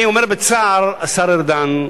אני אומר בצער, השר ארדן,